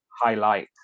highlight